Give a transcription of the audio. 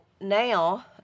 now